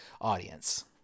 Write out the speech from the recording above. audience